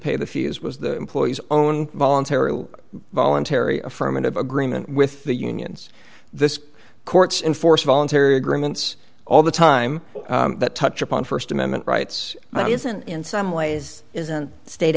pay the fees was the employee's own voluntary voluntary affirmative agreement with the unions this court's in force voluntary agreements all the time that touch upon st amendment rights but isn't in some ways isn't sta